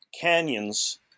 canyons